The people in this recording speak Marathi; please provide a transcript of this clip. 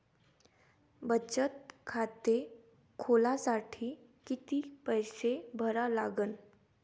बचत खाते खोलासाठी किती पैसे भरा लागन?